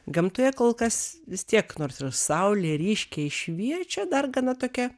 gamtoje kol kas vis tiek nors saulė ryškiai šviečia dar gana tokia